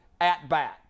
at-bat